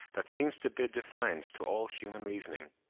that seems to bid defiance to all human reasoning.